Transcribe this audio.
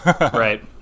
Right